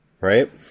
Right